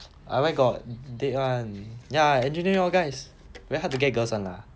I where date [one] ya engineering all guys very hard to get girls [one] lah